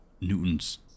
Newton's